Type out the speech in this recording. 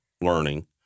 learning